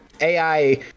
AI